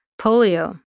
polio